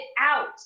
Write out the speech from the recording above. out